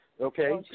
Okay